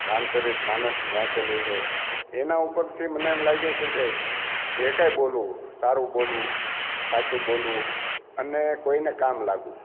રામચરિત માનસ વાંચેલું છે એના ઉપરથી મને એમ લાગે છે કે જે કંઈ બોલવું સારું બોલવું સાચું બોલવું અને કોઈને કામ લાગવું